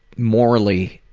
morally